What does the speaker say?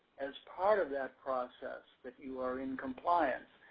as part of that process that you are in compliance,